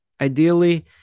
Ideally